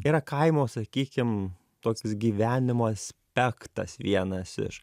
yra kaimo sakykim toks gyvenimo aspektas vienas iš